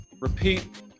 repeat